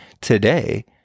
today